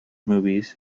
movies